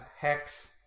Hex